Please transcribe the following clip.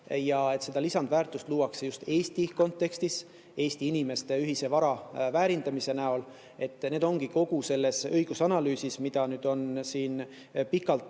ja et seda lisandväärtust luuakse just Eesti kontekstis, Eesti inimeste ühise vara väärindamise näol. Need ongi kogu selles õigusanalüüsis, mida on siin pikalt